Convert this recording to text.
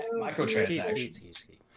microtransactions